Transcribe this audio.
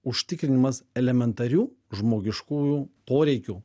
užtikrinimas elementarių žmogiškųjų poreikių